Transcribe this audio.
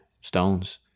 stones